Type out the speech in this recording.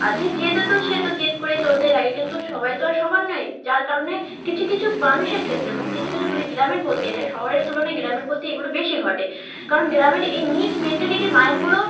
আজ যে জেদে তো সে তো জেদ করেই চলতে থাকে কিন্তু সবাই তো আর সমান নয় যার কারণে কিছু কিছু মানুষের ক্ষেত্রে মানে কিছু কিছু মানে গ্রামের প্রতি এটা শহরের তুলনায় গ্রামের প্রতি এগুলো বেশি ঘটে কারণ গ্রামের এই নীচ মেন্টালিটি মাইন্ডগুলো